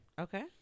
Okay